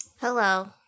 Hello